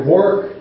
work